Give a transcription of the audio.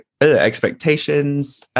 expectations